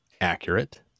accurate